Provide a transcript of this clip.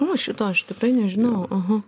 o šito aš tikrai nežinau oho